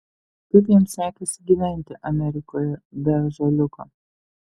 kaip jam sekėsi gyventi amerikoje be ąžuoliuko